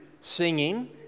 singing